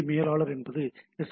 B மேலாளர் என்பது S